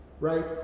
Right